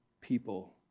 people